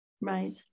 Right